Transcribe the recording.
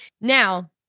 Now